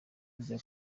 rya